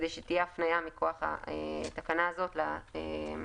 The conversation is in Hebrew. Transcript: כי שתהיה הפנייה מכוח התקנה הזאת לתוספות.